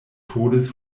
todes